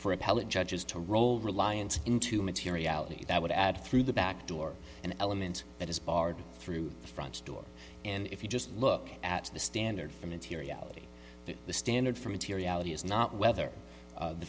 appellate judges to roll reliance into materiality that would add through the back door an element that is barred through the front door and if you just look at the standard for materiality the standard for materiality is not whether